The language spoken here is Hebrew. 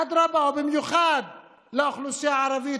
ואדרבה ובמיוחד לאוכלוסייה הערבית,